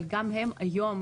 וגם הם היום,